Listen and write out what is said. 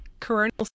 coronal